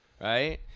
right